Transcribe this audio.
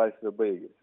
laisvė baigėsi